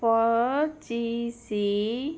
ପଚିଶି